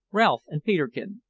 ralph and peterkin,